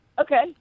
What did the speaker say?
Okay